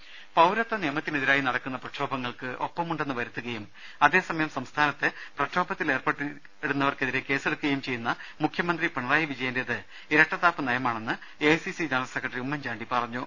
ദരദ പൌരത്വനിയമത്തിനെതിരായി നടക്കുന്ന പ്രക്ഷോഭങ്ങൾക്ക് ഒപ്പമുണ്ടെന്ന് വരുത്തുകയും അതേ സമയം സംസ്ഥാനത്ത് പ്രക്ഷോഭത്തിലേർപ്പെടുന്നവർക്കെതിരേ കേസെടുക്കുകയും ചെയ്യുന്ന മുഖ്യമന്ത്രി പിണറായി വിജയന്റെത് ഇരട്ടത്താപ്പ് നയമാണെന്ന് എഐസിസി ജനറൽ സെക്രട്ടറി ഉമ്മൻചാണ്ടി പറഞ്ഞു